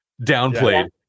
downplayed